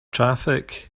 traffic